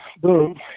boom